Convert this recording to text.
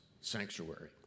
sanctuary